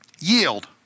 Yield